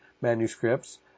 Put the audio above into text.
manuscripts